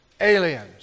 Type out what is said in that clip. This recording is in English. aliens